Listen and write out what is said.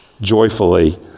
joyfully